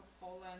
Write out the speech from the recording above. Poland